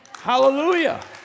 Hallelujah